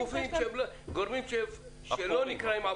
כפיים ואפשר יהיה להמשיך לגופו של עניין.